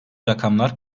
rakamlar